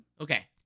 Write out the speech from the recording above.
Okay